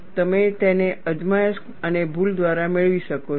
તમે તેને અજમાયશ અને ભૂલ દ્વારા મેળવી શકો છો